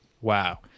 Wow